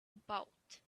about